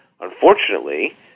Unfortunately